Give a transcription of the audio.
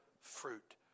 fruit